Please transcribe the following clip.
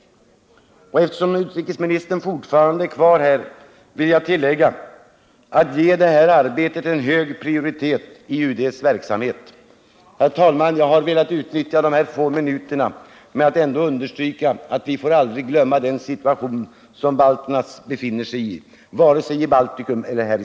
Eftersom utrikesministern fortfarande är kvar i kammaren vill jag tillägga att han bör ge detta arbete en hög prioritet i UD:s verksamhet. Herr talman! Jag har velat utnyttja dessa få minuter till att understryka att vi aldrig får glömma den situation som balterna befinner sig i.